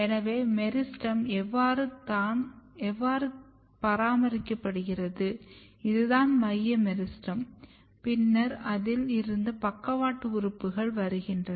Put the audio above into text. எனவே மெரிஸ்டெம் இவ்வாறு தான் பராமரிக்கப்படுகிறது இதுதான் மைய மெரிஸ்டெம் பின்னர் அதில் இருந்து பக்கவாட்டு உறுப்புகள் வருகின்றன